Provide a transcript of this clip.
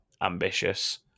ambitious